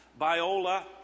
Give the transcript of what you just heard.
Biola